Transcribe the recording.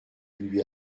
lui